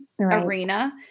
arena